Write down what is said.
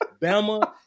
Bama